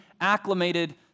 acclimated